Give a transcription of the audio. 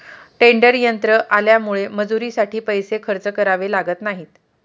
tedder यंत्र आल्यामुळे मजुरीसाठी पैसे खर्च करावे लागत नाहीत